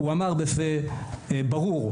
הוא אמר בפה ברור,